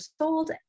sold